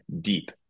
deep